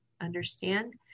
understand